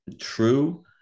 true